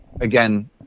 again